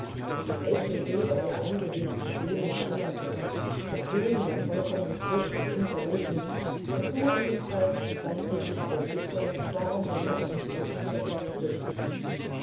das echte silber der eingewebten blumen schimmerte das grün war vollkommen frisch und unverblichen und nur in den falten zeigte sich der dicke starrende seidenstoff etwas brüchig